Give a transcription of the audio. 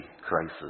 crisis